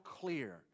clear